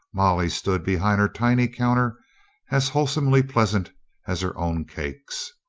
molly stood behind her tiny counter as wholesomely pleasant as her own cakes.